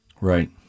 Right